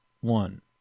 one